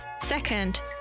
Second